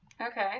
Okay